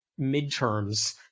midterms